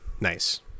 Nice